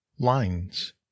lines